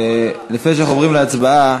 לפני שאנחנו עוברים להצבעה,